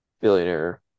billionaire